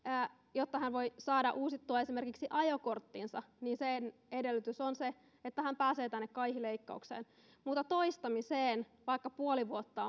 jotta hän voi saada uusittua esimerkiksi ajokorttinsa niin sen edellytys on se että hän pääsee tänne kaihileikkaukseen mutta toistamiseen vaikka puoli vuotta